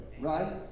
right